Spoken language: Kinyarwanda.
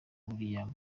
william